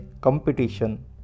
competition